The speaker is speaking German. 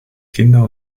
kinder